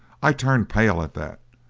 i turned pale at that,